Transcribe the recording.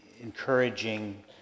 encouraging